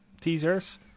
teasers